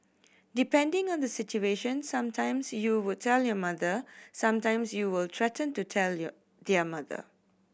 depending on the situation some times you would tell your mother some times you will threaten to tell your their mother